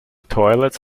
toilets